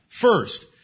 First